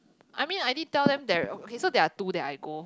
I mean I already tell them there is also two that I go